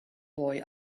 boy